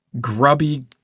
grubby